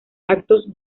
actos